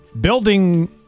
building